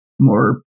more